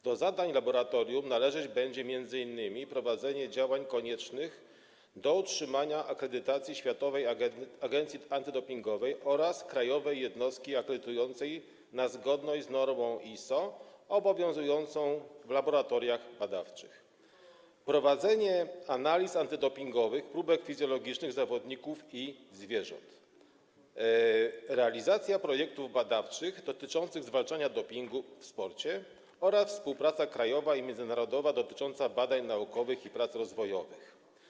Do zadań laboratorium należeć będzie m.in.: prowadzenie działań koniecznych do utrzymania akredytacji Światowej Agencji Antydopingowej oraz akredytacji krajowej jednostki akredytującej na zgodność z normą ISO obowiązującą w laboratoriach badawczych; prowadzenie analiz antydopingowych próbek fizjologicznych zawodników i zwierząt; realizacja projektów badawczych dotyczących zwalczania dopingu w sporcie oraz współpraca krajowa i międzynarodowa dotycząca badań naukowych i prac rozwojowych.